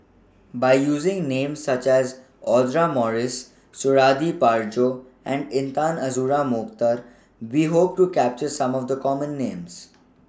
By using Names such as Audra Morrice Suradi Parjo and Intan Azura Mokhtar We Hope to capture Some of The Common Names